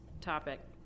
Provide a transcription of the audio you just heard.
topic